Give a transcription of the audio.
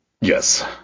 Yes